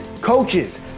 Coaches